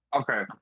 Okay